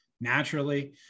naturally